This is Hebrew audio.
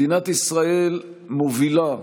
מדינת ישראל מובילה,